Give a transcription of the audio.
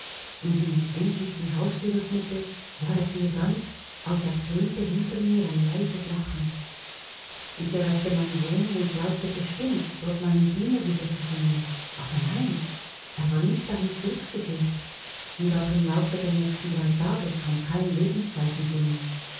und wie ich endlich die haustür öffnete war es mir ganz als ertönte hinter mir ein leises lachen ich erreichte meine wohnung und glaubte bestimmt dort meinen diener wieder zu finden aber nein er war nicht dahin zurückgekehrt und auch im laufe der nächsten drei tage kam kein lebenszeichen von ihm